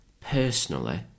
personally